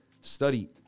study